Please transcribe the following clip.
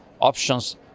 options